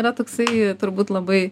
yra toksai turbūt labai